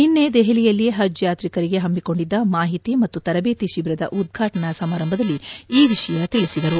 ನಿನ್ನೆ ದೆಹಲಿಯಲ್ಲಿ ಹಜ್ ಯಾತ್ರಿಕರಿಗೆ ಹಮ್ಮಿಕೊಂಡಿದ್ದ ಮಾಹಿತಿ ಮತ್ತು ತರಬೇತಿ ಶಿಬಿರದ ಉದ್ಘಾಟನಾ ಸಮಾರಂಭದಲ್ಲಿ ಈ ವಿಷಯ ತಿಳಿಸಿದರು